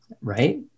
right